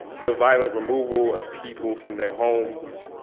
the violent removal of people from their homes,